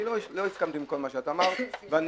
אני